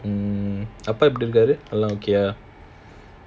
hmm அப்பா எப்படி இருக்காரு எல்லாம்:appa epdi irukkaaru ellaam okay ah